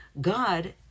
God